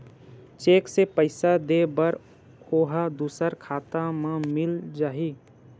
Cheque से पईसा दे बर ओहा दुसर खाता म मिल जाही?